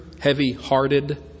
heavy-hearted